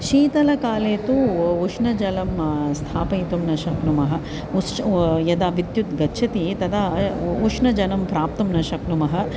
शीतलकाले तु उष्णजलं स्थापयितुं न शक्नुमः उष् उ यदा विद्युत् गच्छति तदा उ उष्णजलं प्राप्तुं न शक्नुमः